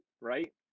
right